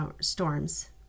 storms